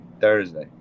Thursday